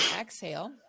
exhale